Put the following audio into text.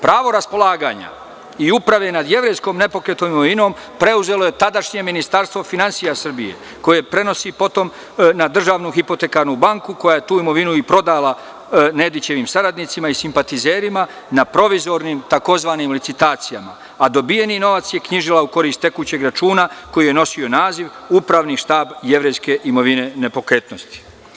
Pravo raspolaganja i uprave nad jevrejskom nepokretnom imovinom preuzelo je tadašnje Ministarstvo finansija Srbije, koje prenosi potom na državnu hipotekarnu banku, koja je tu imovinu i prodala Nedićevim saradnicima i simpatizerima na provizornim tzv. licitacijama, a dobijeni novac je knjižila u korist tekućeg računa koji je nosio naziv – upravni štab jevrejske imovine nepokretnosti.